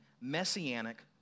messianic